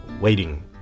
waiting